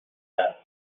است